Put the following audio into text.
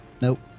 Nope